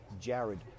Jared